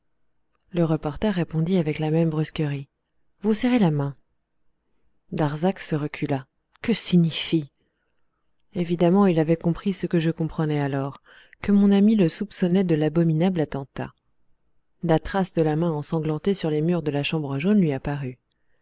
le reporter répondit avec la même brusquerie vous serrer la main darzac se recula que signifie évidemment il avait compris ce que je comprenais alors que mon ami le soupçonnait de l'abominable attentat la trace de la main ensanglantée sur les murs de la chambre jaune lui apparut